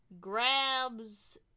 grabs